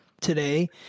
today